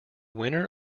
winner